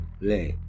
le